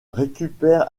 récupère